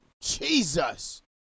jesus